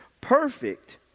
perfect